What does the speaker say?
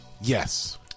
Yes